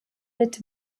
mit